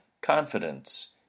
confidence